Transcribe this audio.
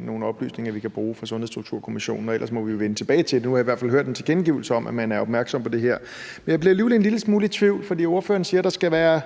nogle oplysninger, vi kan bruge, fra Sundhedsstrukturkommissionen, og ellers må vi jo vende tilbage til det. Nu har jeg i hvert fald hørt en tilkendegivelse af, at man er opmærksom på det her. Men jeg bliver alligevel en lille smule i tvivl, for ordføreren siger, at alle skal have